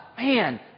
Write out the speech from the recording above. man